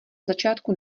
začátku